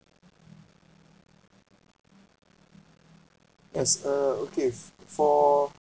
yes uh okay f~ for